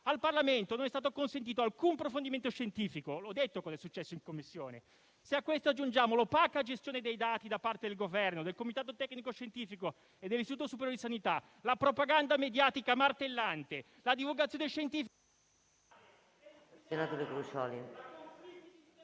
Al Parlamento non è stato consentito di svolgere alcun approfondimento scientifico (ho detto cosa è successo in Commissione); se a questo aggiungiamo l'opaca gestione dei dati da parte del Governo, del Comitato tecnico-scientifico e dell'Istituto superiore di sanità, la propaganda mediatica martellante, la divulgazione scientifica... *(Il microfono